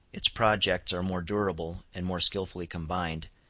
its projects are more durable and more skilfully combined,